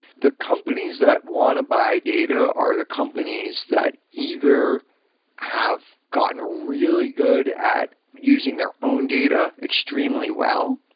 the companies that want to buy data are the companies that either have gotten really good at using their own data extremely well,